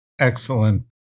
excellent